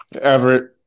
Everett